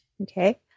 Okay